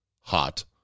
hot